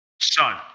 son